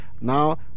Now